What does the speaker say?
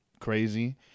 crazy